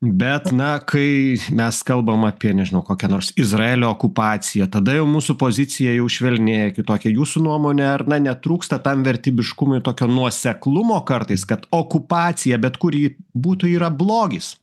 bet na kai mes kalbam apie nežinau kokią nors izraelio okupaciją tada jau mūsų pozicija jau švelnėja kitokia jūsų nuomonė ar na netrūksta tam vertybiškumui tokio nuoseklumo kartais kad okupacija bet kur ji būtų yra blogis